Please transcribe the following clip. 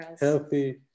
healthy